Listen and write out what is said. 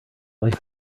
life